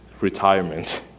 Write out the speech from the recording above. retirement